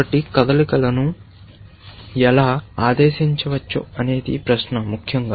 కాబట్టి కదలికలను ఎలా ఆదేశించవచ్చనేది ప్రశ్న ముఖ్యంగా